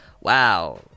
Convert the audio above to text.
Wow